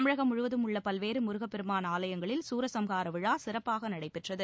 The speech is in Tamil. தமிழகம் முழுவதும் உள்ள பல்வேறு முருகப் பெருமான் ஆலயங்களில் சூரசம்ஹார விழா சிறப்பாக நடைபெற்றது